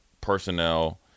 personnel